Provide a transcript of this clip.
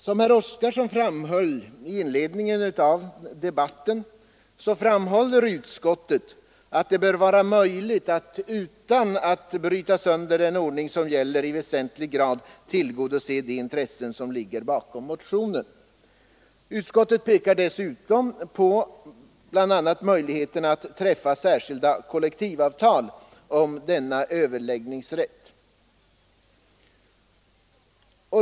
Som herr Oskarson framhöll i debattens inledning betonar utskottet att det utan att bryta sönder den ordning som nu gäller bör vara möjligt att i väsentlig grad tillgodose de intressen som ligger bakom motionen. Utskottet pekar bl.a. på möjligheterna att träffa särskilda kollektivavtal om överläggningsrätten.